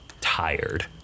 tired